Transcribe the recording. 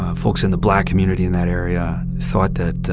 ah folks in the black community in that area thought that